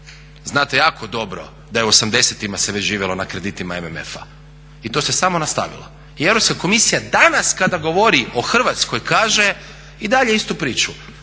Znate jako dobro da je u '80.-tima se već živjelo na kreditima MMF-a i to se samo nastavilo. I Europska komisija danas kada govori o Hrvatskoj kaže i dalje istu priču,